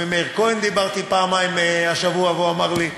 גם עם מאיר כהן דיברתי פעמיים השבוע והוא אמר לי.